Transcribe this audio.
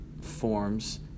forms